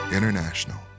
International